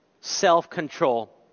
self-control